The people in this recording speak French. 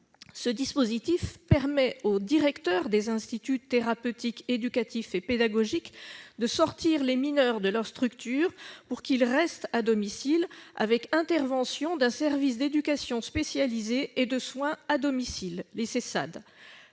Celui-ci permet aux directeurs des instituts thérapeutiques, éducatifs et pédagogiques de sortir les mineurs de leur structure pour qu'ils restent à domicile avec intervention d'un service d'éducation spéciale et de soins à domicile (Sessad).